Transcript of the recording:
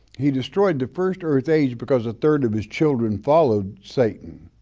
he destroyed the first earth age because a third of his children followed satan.